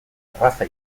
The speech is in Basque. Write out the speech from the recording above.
erraza